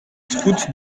route